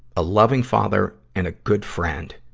a loving father, and a good friend.